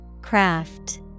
craft